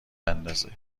بندازه